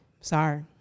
Sorry